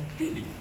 really